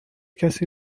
کسی